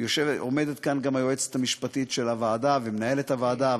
עומדות כאן גם היועצת המשפטית של הוועדה וגם מנהלת הוועדה,